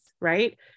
right